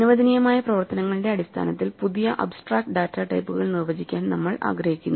അനുവദനീയമായ പ്രവർത്തനങ്ങളുടെ അടിസ്ഥാനത്തിൽ പുതിയ അബ്സ്ട്രാക്ട് ഡാറ്റ ടൈപ്പുകൾ നിർവചിക്കാൻ നമ്മൾ ആഗ്രഹിക്കുന്നു